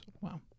Wow